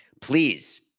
Please